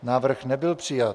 Návrh nebyl přijat.